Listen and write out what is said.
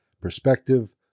perspective